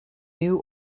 new